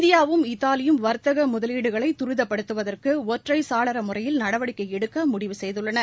இந்தியாவும் இத்தாலியும் வர்த்தக முதலீடுகளை துரிதப்படுத்துவதற்கு ஒற்றை சாரள முறையில் நடவடிக்கை எடுக்க முடிவு செய்துள்ளன